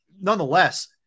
nonetheless